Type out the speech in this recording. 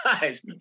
guys